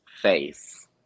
face